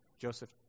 Joseph